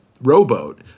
rowboat